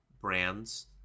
brands